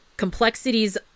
Complexities